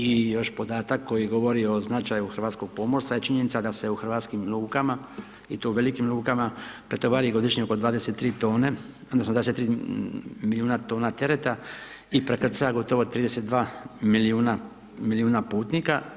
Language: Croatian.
I još podatak, koji govori o značaju hrvatskog pomorstva, je činjenica da se u hrvatskim lukama i to u velikim lukama, natovari godišnje oko 23 tone, odnosno, 23 milijuna tereta i prekrca gotovo 32 milijuna putnika.